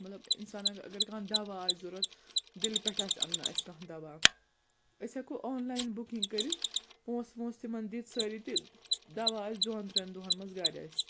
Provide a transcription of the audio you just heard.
مطلب اِنسان ہہ اگر کانٛہہ دَوا آسہِ ضوٚرَتھ دِلہِ پٮ۪ٹھ آسہِ اَنُن آسہِ کانٛہہ دوا أسۍ ہٮ۪کو آن لاین بُکِنٛگ کٔرِتھ پونٛسہٕ وونٛسہٕ تِمَن دِتھ سٲری تہِ دَوا آسہِ دۄن ترٛٮ۪ن دۄہَن منٛز گَرِ اَسہِ